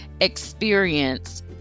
experience